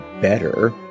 better